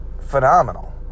phenomenal